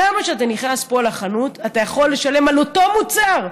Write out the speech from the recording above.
למה כשאתה נכנס פה לחנות אתה יכול לשלם על אותו מוצר,